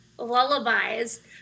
lullabies